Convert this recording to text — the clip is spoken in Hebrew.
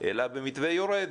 אלא במתווה יורד.